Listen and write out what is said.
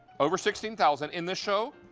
over sixteen thousand. in this show,